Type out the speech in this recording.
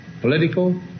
political